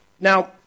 Now